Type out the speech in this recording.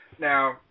Now